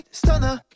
stunner